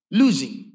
losing